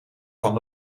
van